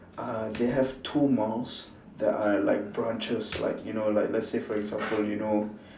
uh they have two malls that are like branches like you know like let's say for example you know